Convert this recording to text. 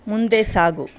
ಮುಂದೆ ಸಾಗು